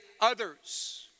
others